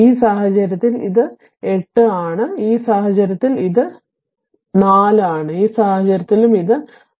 ഈ സാഹചര്യത്തിൽ അത് ശക്തി 8 ആണ് ഈ സാഹചര്യത്തിൽ അത് ശക്തി 4 ആണ് ഈ സാഹചര്യത്തിലും ഇത് ശക്തി 4 ആണ്